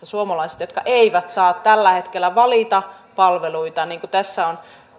suomalaisista jotka eivät saa tällä hetkellä valita palveluita tässä on